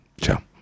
Ciao